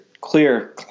clear